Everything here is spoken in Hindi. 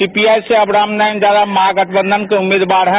सीपीआई से अब रामनारायण यादव महागठबंधन के उम्मीदवार हैं